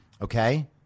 Okay